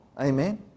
Amen